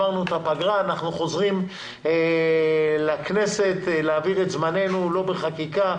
אנחנו חוזרים לכנסת להעביר את זמננו לא בחקיקה,